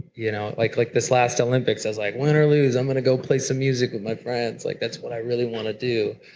you know like like this last olympics i was like, win or lose, i'm going to go play some music with my friends. like that's what i really want to do.